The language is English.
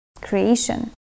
creation